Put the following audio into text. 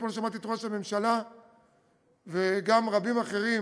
אתמול שמעתי את ראש הממשלה וגם רבים אחרים,